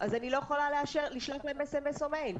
אז אני לא יכולה לשלוח להם SMS או מייל.